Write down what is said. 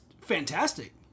fantastic